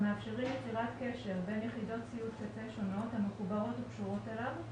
המאפשרים יצירת קשר בין יחידות ציוד קצה שונות המחוברות או קשורות אליו,